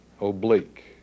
oblique